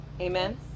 amen